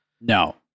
No